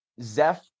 Zef